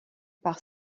par